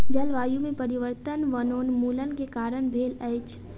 जलवायु में परिवर्तन वनोन्मूलन के कारण भेल अछि